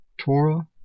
Torah